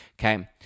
Okay